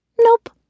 Nope